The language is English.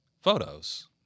photos